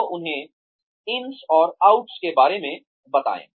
तो उन्हें ins और outs के बारे में बताएं